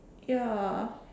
ya